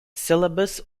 syllabus